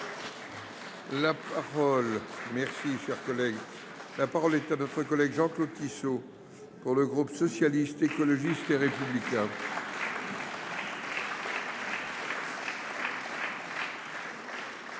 La parole est à M. Jean Claude Tissot, pour le groupe Socialiste, Écologiste et Républicain.